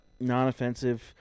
non-offensive